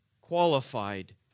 qualified